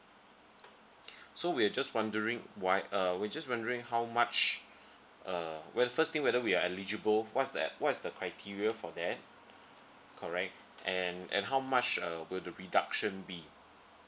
so we're just wondering why uh we're just wondering how much uh where first thing whether we are eligible what's the what is the criteria for that correct and and how much uh will the reduction be